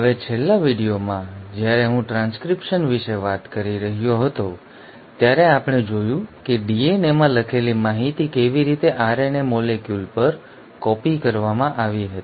હવે છેલ્લી વિડિઓમાં જ્યારે હું ટ્રાન્સક્રિપ્શન વિશે વાત કરી રહ્યો હતો ત્યારે અમે જોયું કે DNAમાં લખેલી માહિતી કેવી રીતે RNA મોલેક્યુલ પર કોપી કરવામાં આવી હતી